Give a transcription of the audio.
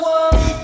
one